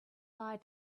bye